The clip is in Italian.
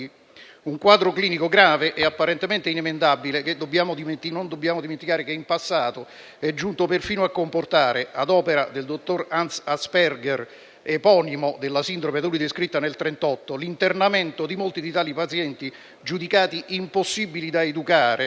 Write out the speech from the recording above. un quadro clinico grave ed apparentemente inemendabile che in passato è giunto perfino a comportare, ad opera del dottor Hans Asperger, eponimo della sindrome da lui descritta nel 1938, l'internamento di molti di tali pazienti, giudicati impossibili da educare,